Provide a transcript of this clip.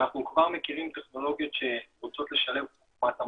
אנחנו כבר מכירים טכנולוגיות שרוצות לשלב חוכמת המונים,